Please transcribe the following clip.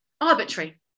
arbitrary